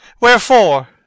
Wherefore